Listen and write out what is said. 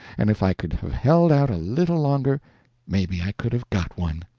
and if i could have held out a little longer maybe i could have got one.